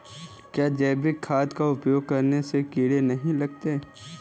क्या जैविक खाद का उपयोग करने से कीड़े नहीं लगते हैं?